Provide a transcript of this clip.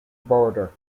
border